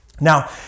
Now